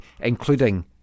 including